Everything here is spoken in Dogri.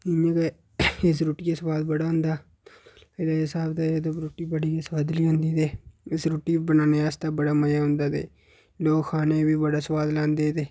इ'यां गै इस रुट्टियै गी सोआद बड़ा होंदा एह् सब किश रुट्टी बड़ी सोआदली बनदी ते लून बी ऐ इस रुट्टी बी बनाने आस्तै बड़ा मजा औंदा लोग खाने गी बी बड़ा सोआद लांदे ते